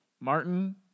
Martin